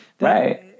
right